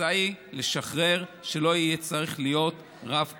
ההצעה היא לשחרר, שלא יהיה צריך להיות רב-כלאי,